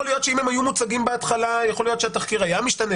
יכול להיות שאם הם היו מוצגים בהתחלה התחקיר היה משתנה,